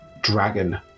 dragon